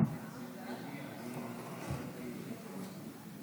ההצעה להעביר את הצעת חוק לתיקון פקודת התעבורה (מס'